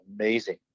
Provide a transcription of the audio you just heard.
amazing